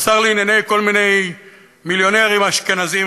השר לענייני כל מיני מיליונרים אשכנזים,